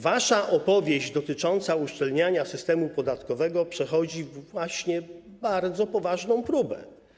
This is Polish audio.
Wasza opowieść dotycząca uszczelniania systemu podatkowego przechodzi właśnie bardzo poważną próbę.